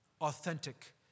authentic